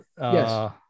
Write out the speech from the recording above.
Yes